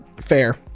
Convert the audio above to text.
Fair